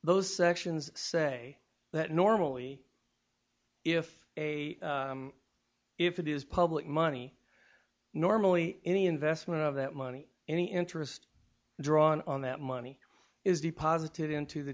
those sections say that normally if a if it is public money normally any investment of that money any interest drawn on that money is deposited into the